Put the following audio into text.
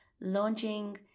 launching